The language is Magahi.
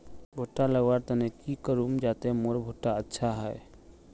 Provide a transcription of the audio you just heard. भुट्टा लगवार तने की करूम जाते मोर भुट्टा अच्छा हाई?